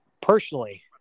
personally